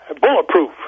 bulletproof